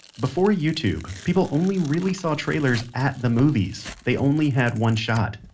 before youtube, people only really saw trailers at the movies. they only had one shot.